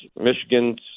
Michigan's